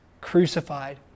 crucified